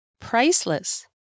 priceless